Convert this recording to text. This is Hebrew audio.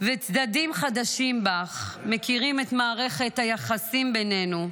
וצדדים חדשים בך, מכירים את מערכת היחסים בינינו,